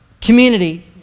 Community